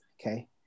okay